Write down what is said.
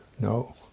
no